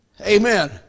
Amen